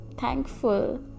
thankful